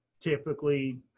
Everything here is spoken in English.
typically